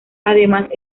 además